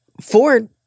Ford